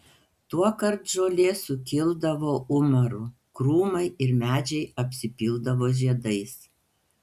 tuokart žolė sukildavo umaru krūmai ir medžiai apsipildavo žiedais